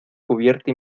cubierta